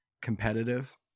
competitive